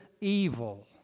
evil